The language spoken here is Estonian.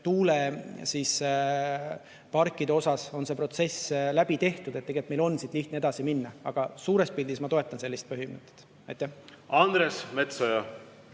tuuleparkide puhul on see protsess läbi tehtud, nii et meil on siit lihtne edasi minna. Suures pildis ma toetan sellist põhimõtet. Andres Metsoja.